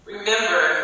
Remember